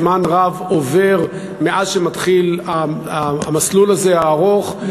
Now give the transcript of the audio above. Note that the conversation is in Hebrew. זמן רב עובר מאז שמתחיל המסלול הארוך הזה,